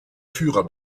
führer